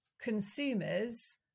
consumers